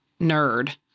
nerd